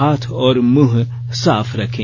हाथ और मुंह साफ रखें